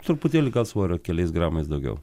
truputėlį svorio keliais gramais daugiau